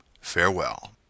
Farewell